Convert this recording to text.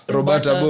Roberta